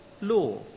law